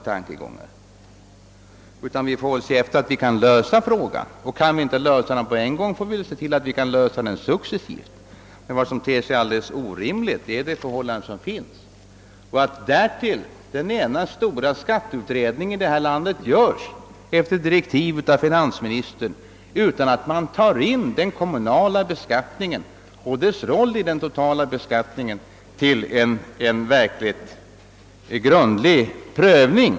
Vi måste i stället se till att vi kan lösa frågan. Kan vi inte det på en gång, får vi göra det successivt. Vad som ter sig alldeles orimligt är de förhållanden som nu råder och att därtill den stora skatteutredningen efter direktiv av finansministern genomförts utan att den kommunala skattens roll i den totala beskattningen tagits upp till grundlig prövning.